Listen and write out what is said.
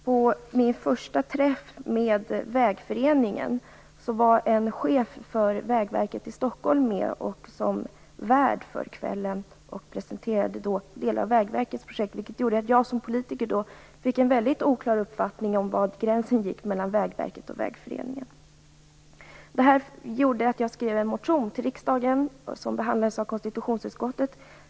På min första träff med Vägföreningen var en chef på Vägverket i Stockholm värd för kvällen och presenterade delar av Vägverkets projekt. Det gjorde att jag som politiker fick en oklar uppfattning om var gränsen gick mellan Vägverket och Vägföreningen. Detta gjorde att jag skrev en motion till riksdagen som behandlades av konstitutionsutskottet.